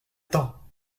t’en